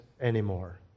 anymore